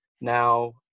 now